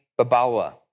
Babawa